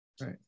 right